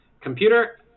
Computer